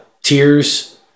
tears